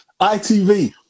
ITV